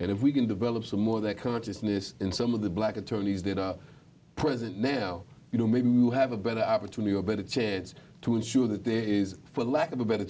and if we can develop some of that consciousness in some of the black attorneys that a president now you know maybe you have a better opportunity a better chance to ensure that there is for lack of a better